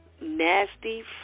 nasty